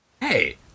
Hey